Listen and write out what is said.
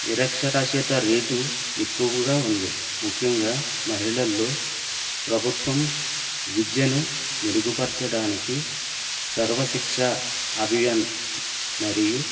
విరక్షరాస్యత rate ఎక్కువగా ఉంది ముఖ్యంగా మహిళల్లో ప్రభుత్వం విద్యను మెరుగుపరచడానికి సర్వ శిక్ష అభియాన్ మరియు